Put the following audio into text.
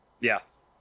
Yes